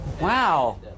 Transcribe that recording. Wow